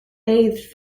bathed